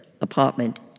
apartment